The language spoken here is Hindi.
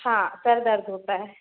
हाँ सिर दर्द होता है